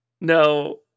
No